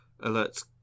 alerts